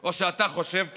או שאתה חושב כמוהו.